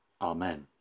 Amen